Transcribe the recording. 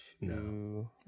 No